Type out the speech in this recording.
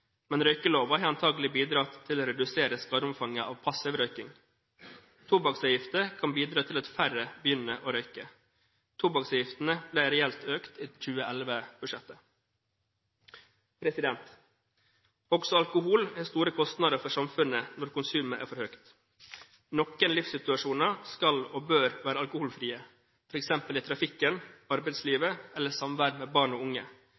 men røykeloven har antagelig bidratt til å redusere skadeomfanget av passiv røyking. Tobakksavgifter kan bidra til at færre begynner å røyke. Tobakksavgiftene ble reelt økt i 2011-budsjettet. Også alkohol har store kostnader for samfunnet når konsumet er for høyt. Noen livssituasjoner skal og bør være alkoholfrie, f.eks. i trafikken, i arbeidslivet eller i samvær med barn og unge,